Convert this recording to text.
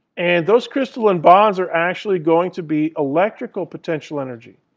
and those crystallin bonds are actually going to be electrical potential energy